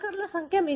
మార్కర్ల సంఖ్య